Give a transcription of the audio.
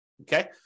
okay